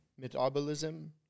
metabolism